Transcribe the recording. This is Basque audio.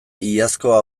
iazkoa